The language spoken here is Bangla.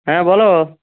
হ্যাঁ বলো